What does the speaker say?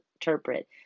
interpret